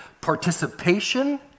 participation